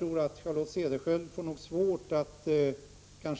Men Charlotte Cederschiöld får nog svårt att